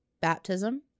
Baptism